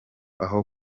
aho